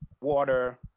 water